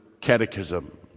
Catechism